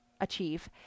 achieve